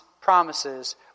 promises